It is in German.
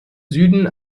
süden